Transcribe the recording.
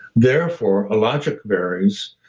therefore, a logic varies,